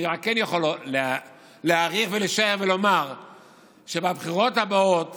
אני רק כן יכול להעריך ולשער ולומר שבבחירות הבאות